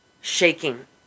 shaking